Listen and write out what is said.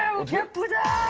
would you do that?